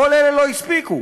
כל אלה לא הספיקו.